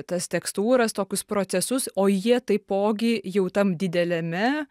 tas tekstūras tokius procesus o jie taipogi jau tam dideliame